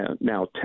now